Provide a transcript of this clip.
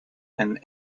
and